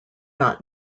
not